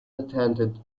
attended